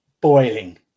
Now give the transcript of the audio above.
boiling